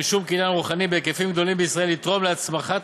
רישום קניין רוחני בהיקפים גדולים בישראל יתרום להצמחת